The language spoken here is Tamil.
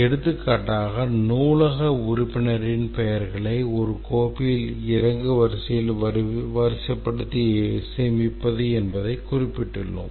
எடுத்துக்காட்டாக நூலக உறுப்பினரின் பெயர்களை ஒரு கோப்பில் இறங்கு வரிசையில் வரிசைப்படுத்தி சேமிப்பது என்பதை குறிப்பிட்டுள்ளோம்